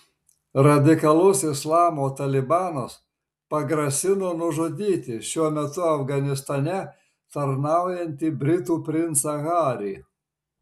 radikalus islamo talibanas pagrasino nužudyti šiuo metu afganistane tarnaujantį britų princą harį